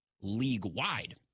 league-wide